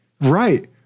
Right